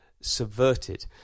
subverted